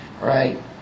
right